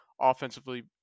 Offensively